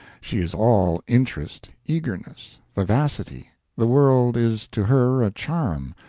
she is all interest, eagerness, vivacity, the world is to her a charm,